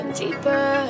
deeper